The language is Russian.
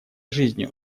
жизнью